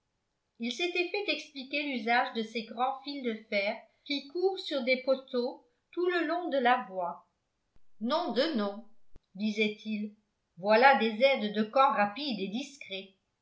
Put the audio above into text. il s'était fait expliquer l'usage de ces grands fils de fer qui courent sur des poteaux tout le long de la voie nom de nom disait-il voilà des aides de camp rapides et discrets